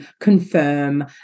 confirm